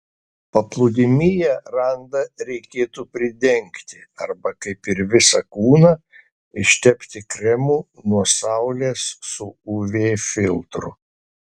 paplūdimyje randą reikėtų pridengti arba kaip ir visą kūną ištepti kremu nuo saulės su uv filtru